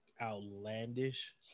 outlandish